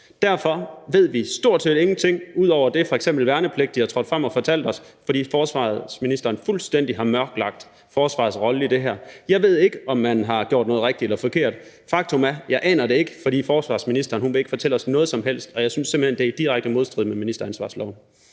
Derfor ved vi stort set ingenting ud over det, som f.eks. værnepligtige er trådt frem og har fortalt os, fordi forsvarsministeren fuldstændig har mørklagt forsvarets rolle i det her. Jeg ved ikke, om man har gjort noget rigtigt eller forkert. Faktum er, at jeg ikke aner det, fordi forsvarsministeren ikke vil fortælle os noget som helst, og jeg synes simpelt hen, det er i direkte modstrid med ministeransvarlighedsloven.